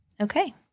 Okay